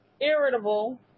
Irritable